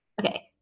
Okay